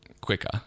quicker